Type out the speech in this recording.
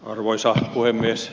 arvoisa puhemies